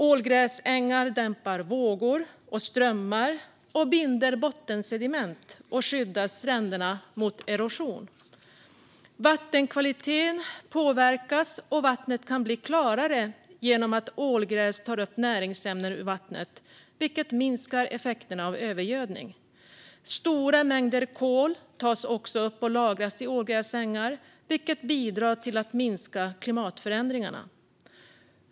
Ålgräsängar dämpar vågor och strömmar, binder bottensediment och skyddar stränderna mot erosion. Vattenkvaliteten påverkas, och vattnet kan bli klarare genom att ålgräs tar upp näringsämnen ur vattnet, vilket minskar effekterna av övergödning. Stora mängder kol tas också upp och lagras i ålgräsängar, vilket bidrar till att minska klimatförändringarna.